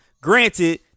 Granted